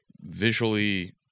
visually